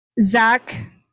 zach